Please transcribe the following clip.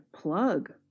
plug